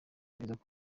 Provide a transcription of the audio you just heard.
iperereza